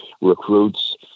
recruits